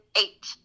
eight